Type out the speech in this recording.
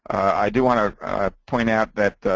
i do wanna point out that